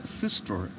sister